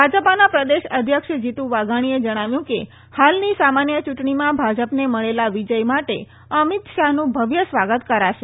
ભાજપાના પ્રદેશ અધ્યક્ષ જીતુ વાઘાણીએ જણાવ્યું કે હાલની સામાન્ય ચૂંટણીમાં ભાજપને મળેલા વિજય માટે અમિત શાહનું ભવ્ય સ્વાગત કરાશે